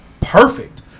perfect